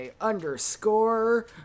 underscore